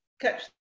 catch